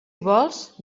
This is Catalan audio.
vols